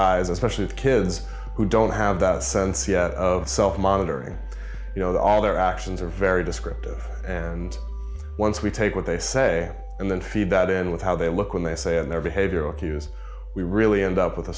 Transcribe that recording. eyes especially kids who don't have the sense of self monitoring you know that all their actions are very descriptive and once we take what they say and then feed that in with how they look when they say in their behavior or cues we really end up with a